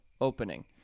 opening